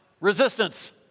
resistance